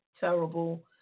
terrible